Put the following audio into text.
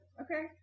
Okay